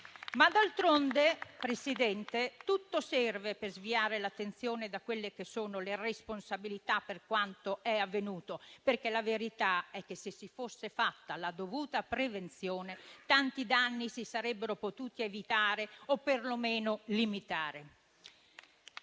D'altronde, Presidente, tutto serve per sviare l'attenzione dalle responsabilità per quanto è avvenuto. La verità infatti è che, se si fosse fatta la dovuta prevenzione, tanti danni si sarebbero potuti evitare o, perlomeno, limitare.